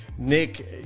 Nick